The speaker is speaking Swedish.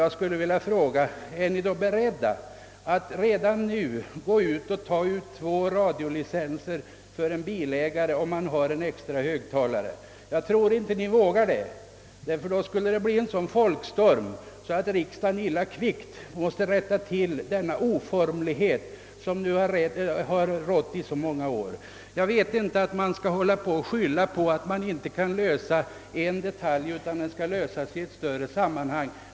Jag skulle vilja fråga om ni är beredda att redan nu ta ut två radiolicenser för en bilägare om denne har en extra högtalare? Jag tror att ni inte vågar det, ty då skulle en sådan folkstorm uppstå att riksdagen skyndsamt skulle tvingas rätta till denna oformlighet som existerat så många år. Jag förstår inte varför man skyller på att man inte kan lösa en detaljfråga för sig utan att ta upp den i ett större sammanhang.